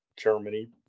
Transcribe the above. Germany